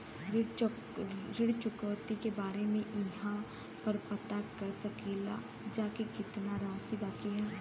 ऋण चुकौती के बारे इहाँ पर पता कर सकीला जा कि कितना राशि बाकी हैं?